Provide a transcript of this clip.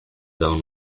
own